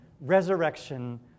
resurrection